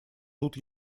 тут